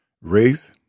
Race